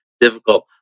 difficult